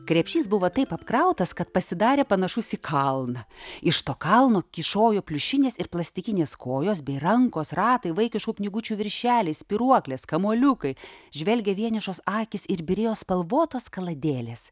krepšys buvo taip apkrautas kad pasidarė panašus į kalną iš to kalno kyšojo pliušinės ir plastikinės kojos bei rankos ratai vaikiškų knygučių viršeliai spyruoklės kamuoliukai žvelgė vienišos akys ir byrėjo spalvotos kaladėlės